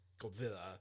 Godzilla